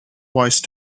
voice